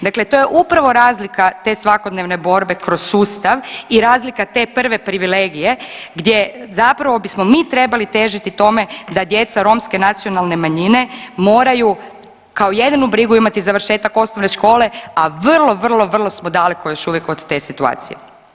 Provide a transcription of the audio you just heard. Dakle, to je upravo razlika te svakodnevne borbe kroz sustav i razlika te prve privilegije gdje zapravo bismo mi trebali težiti tome da djeca romske nacionalne manjine moraju kao jedinu brigu imati završetak osnovne škole, a vrlo, vrlo, vrlo smo daleko još uvijek od te situacije.